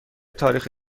تاریخ